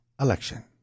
election